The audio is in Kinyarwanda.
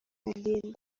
aline